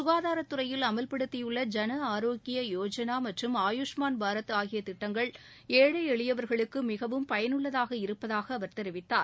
சுகாதாரத்துறையில் அமல்படுத்தியுள்ள ஜன ஆரோக்கிய யோஜ்னா மற்றும் ஆயுஷ்மான் பாரத் ஆகிய திட்டங்கள் ஏழழ எளியவர்களுக்கு மிகவும் பயனுள்ளதாக இருப்பதாக அவர் தெரிவித்தார்